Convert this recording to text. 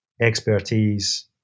expertise